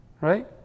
Right